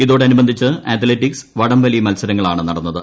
ഇതോടനുബന്ധിച്ച് അത്ലറ്റിക്സ് വടംവലി മത്സരങ്ങളാണ് നടന്നത്